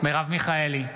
מרב מיכאלי,